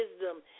wisdom